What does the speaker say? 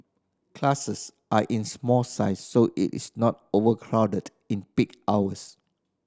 classes are in small size so it is not overcrowded in peak hours